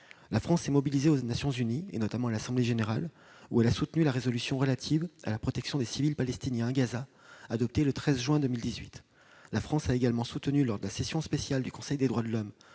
pays s'est mobilisé aux Nations unies. Il a notamment soutenu, devant l'assemblée générale, la résolution relative à la protection des civils palestiniens à Gaza, adoptée le 13 juin 2018. La France a également soutenu, lors de la session spéciale du Conseil des droits de l'homme,